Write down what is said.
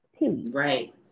Right